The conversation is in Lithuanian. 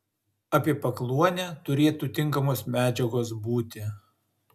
apie pakluonę turėtų tinkamos medžiagos būti